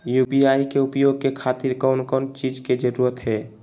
UPI के उपयोग के खातिर कौन कौन चीज के जरूरत है?